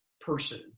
person